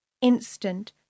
Instant